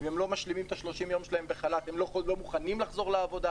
ואם הם לא משלימים את ה-30 יום שלהם בחל"ת הם לא מוכנים לחזור לעבודה.